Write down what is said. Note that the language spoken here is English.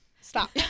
Stop